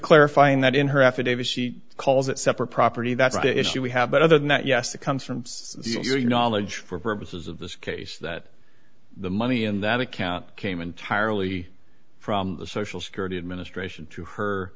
clarifying that in her affidavit she calls it separate property that's the issue we have but other than that yes it comes from your knowledge for purposes of this case that the money in that account came entirely from the social security administration to her